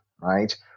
right